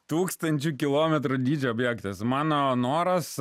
tūkstančio kilometrų dydžio objektas mano noras